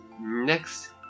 Next